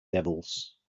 devils